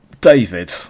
David